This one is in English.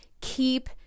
keep